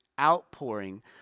outpouring